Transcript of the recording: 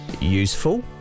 Useful